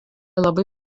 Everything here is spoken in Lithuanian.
labai